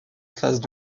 phases